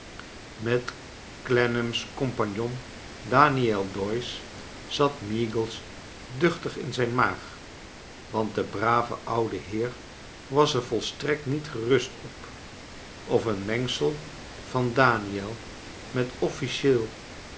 met clennam's compagnon daniel doyce zat meagles duchtig in zijn maag want de brave oude heer was er volstrekt niet gerust op of een mengsel van daniel met officieel